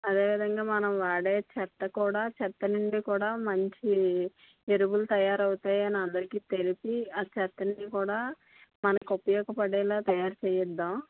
అదే విధంగా మనం వాడే చెత్త కూడా చెత్త నుండి కూడా మంచి ఎరువులు తయ్యారు అవుతాయి అని అందరికీ తెలిసి ఆ చెత్తని కూడా మనకి ఉపయోగపడేలా తయారు చెయ్యిద్దాము